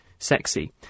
Sexy